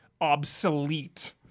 obsolete